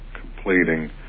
completing